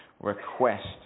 request